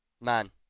Man